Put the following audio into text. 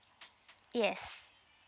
yes